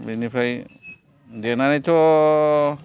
बेनिफ्राय देरनानैथ'